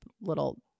little